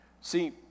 See